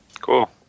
Cool